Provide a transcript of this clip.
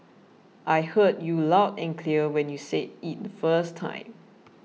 I heard you loud and clear when you said it the first time